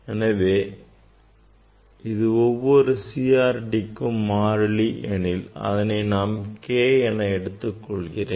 எனவே இது ஒவ்வொரு CRTக்குமான மாறிலி எனில் அதனை நான் K என குறித்துக் கொள்கிறேன்